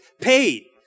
paid